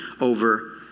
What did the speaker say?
over